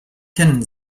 kennen